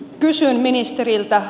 kysyn ministeriltä